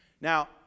Now